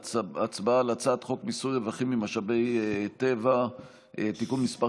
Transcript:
הצבעה על הצעת חוק מיסוי רווחים ממשאבי טבע (תיקון מס'